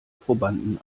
probanden